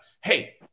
Hey